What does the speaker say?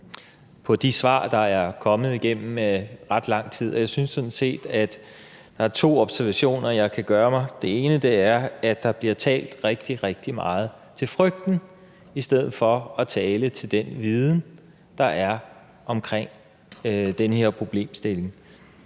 på de svar, der er kommet, og jeg synes sådan set, at der er to observationer, jeg kan gøre mig. Den ene er, at der bliver talt rigtig, rigtig meget til frygten i stedet for at tale til den viden, der er om den her problemstilling.